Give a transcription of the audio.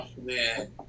man